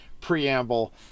Preamble